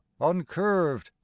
uncurved